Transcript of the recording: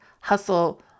hustle